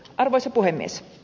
arvoisa puhemies